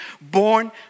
Born